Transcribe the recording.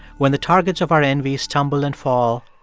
when the targets of our envy stumble and fall,